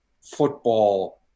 Football